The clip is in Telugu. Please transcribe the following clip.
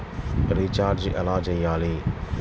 రిచార్జ ఎలా చెయ్యాలి?